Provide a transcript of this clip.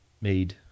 made